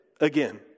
again